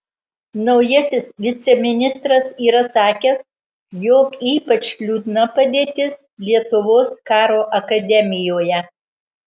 naujasis viceministras yra sakęs jog ypač liūdna padėtis lietuvos karo akademijoje